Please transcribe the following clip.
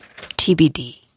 tbd